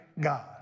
God